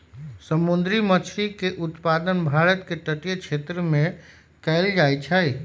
समुंदरी मछरी के उत्पादन भारत के तटीय क्षेत्रमें कएल जाइ छइ